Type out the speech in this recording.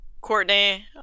courtney